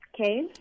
Okay